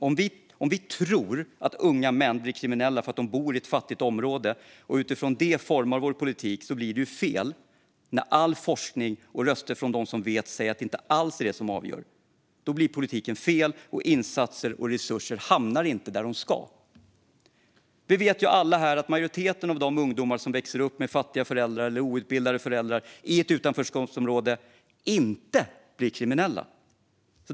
Om vi tror att unga män blir kriminella för att de bor i ett fattigt område och formar vår politik utifrån det blir det ju fel när all forskning och alla röster från dem som vet säger att det inte alls är det som avgör. Då blir politiken fel, och insatser och resurser hamnar inte där de ska. Vi vet alla här att majoriteten av de ungdomar som växer upp med fattiga eller outbildade föräldrar i ett utanförskapsområde inte blir kriminella.